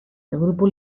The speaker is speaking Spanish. grupo